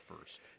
first